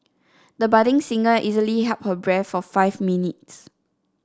the budding singer easily held her breath for five minutes